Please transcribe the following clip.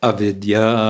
Avidya